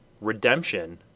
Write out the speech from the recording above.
Redemption